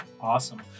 Awesome